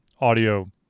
audio